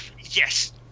Yes